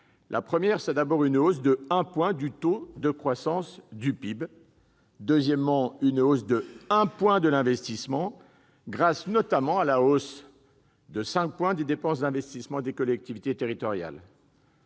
par cinq raisons : une hausse de 1 % du taux de croissance du PIB ; une augmentation de 1 point de l'investissement, grâce notamment à la hausse de 5 points des dépenses d'investissement des collectivités territoriales